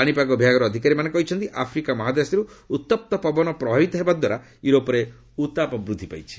ପାଣିପାଗ ବିଭାଗର ଅଧିକାରୀମାନେ କହିଛନ୍ତି ଆଫ୍ରିକା ମହାଦେଶରୁ ଉତପ୍ତ ପବନ ପ୍ରବାହିତ ହେବା ଦ୍ୱାରା ୟୁରୋପରେ ଉତାପ ବୃଦ୍ଧି ପାଇଛି